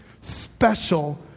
special